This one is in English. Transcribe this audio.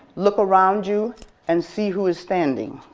look around you and see who is standing.